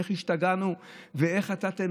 איך השתגענו ואיך נתנו,